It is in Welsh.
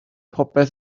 popeth